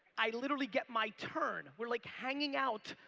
i literally get my turn. we're like hanging out,